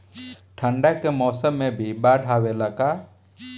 ठंडा के मौसम में भी बाढ़ आवेला का?